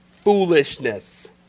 foolishness